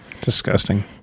Disgusting